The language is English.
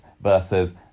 versus